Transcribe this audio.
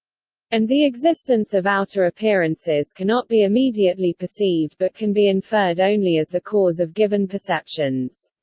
and the existence of outer appearances cannot be immediately perceived but can be inferred only as the cause of given perceptions.